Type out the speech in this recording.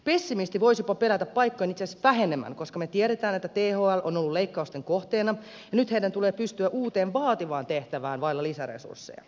pessimisti voisi jopa pelätä paikkojen itse asiassa vähenevän koska me tiedämme että thl on ollut leikkausten kohteena ja nyt heidän tulee pystyä uuteen vaativaan tehtävään vailla lisäresursseja